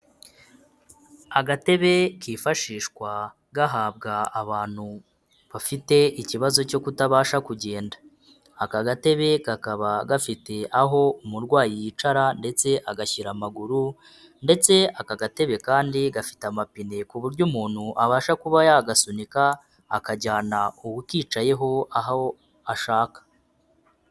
Agatebe kifashishwa gahabwa abantu bafite ikibazo cyo kutabasha kugenda. Aka gatebe kakaba gafite aho umurwayi yicara ndetse agashyira amaguru ndetse aka gatebe kandi gafite amapine ku buryo umuntu abasha kuba yagasunika, akajyana uwo ukicayeho aho ashaka.